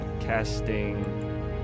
casting